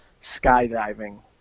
skydiving